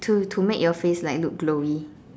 to to make your face like look glowy